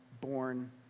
born